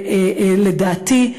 לדעתי,